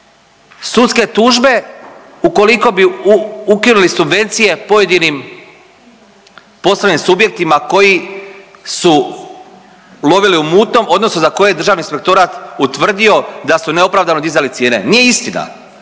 sudske tužbe ukoliko bi ukinuli subvencije pojedinim poslovnim subjektima koji su lovili u mutnom odnosno za koje je Državni inspektorat utvrdio da su neopravdano dizali cijene. Nije istina.